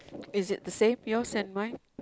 is it the same yours and mine